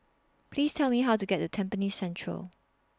Please Tell Me How to get to Tampines Central